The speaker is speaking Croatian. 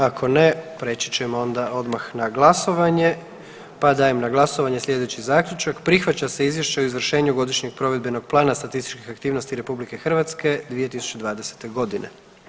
Ako ne prijeći ćemo onda odmah na glasovanje, pa dajem na glasovanje sljedeći zaključak „Prihvaća se Izvješće o izvršenju Godišnjeg provedbenog plana statističkih aktivnosti RH 2020.g.